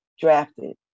drafted